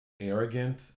Arrogant